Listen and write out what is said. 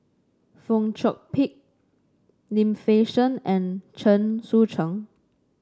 Fong Chong Pik Lim Fei Shen and Chen Sucheng